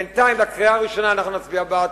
בינתיים, בקריאה הראשונה, אנחנו נצביע בעד.